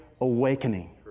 awakening